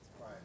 Right